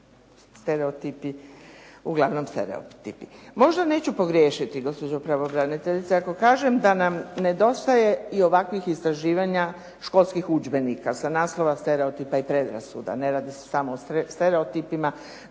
određene, uglavnom stereotipi. Možda neću pogriješiti, gospođo pravobraniteljice, ako kažem da nam nedostaje i ovakvih istraživanja školskih udžbenika sa naslova stereotipa i predrasuda. Ne radi se samo o stereotipima,